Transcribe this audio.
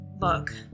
Look